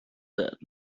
that